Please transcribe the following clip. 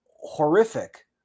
horrific